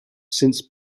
since